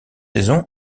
saison